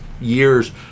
years